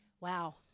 Wow